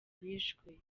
bishwe